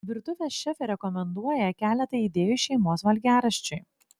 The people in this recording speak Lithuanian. virtuvės šefė rekomenduoja keletą idėjų šeimos valgiaraščiui